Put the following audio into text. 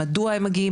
מדוע הם מגיעים,